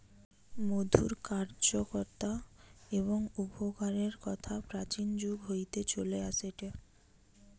মধুর কার্যকতা এবং উপকারের কথা প্রাচীন যুগ হইতে চলে আসেটে